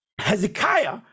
hezekiah